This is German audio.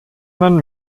man